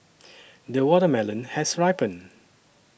the watermelon has ripened